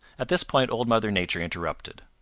at this point old mother nature interrupted.